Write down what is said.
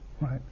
Right